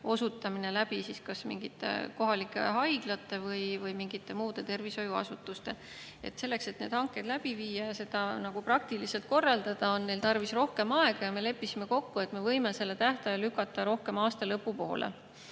osutamise kas kohalike haiglate või mingite muude tervishoiuasutuste kaudu. Selleks, et neid hankeid läbi viia ja seda kõike praktiliselt korraldada, on neil tarvis rohkem aega. Me leppisime kokku, et me võime selle tähtaja lükata rohkem aasta lõpu poole.